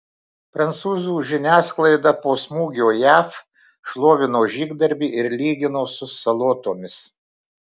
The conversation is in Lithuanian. prancūzų žiniasklaida po smūgio jav šlovino žygdarbį ir lygino su salotomis